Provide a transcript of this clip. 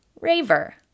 Raver